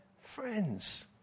friends